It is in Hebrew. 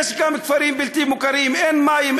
יש גם כפרים בלתי מוכרים אין מים,